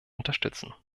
unterstützen